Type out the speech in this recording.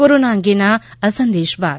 corona અંગેના આ સંદેશ બાદ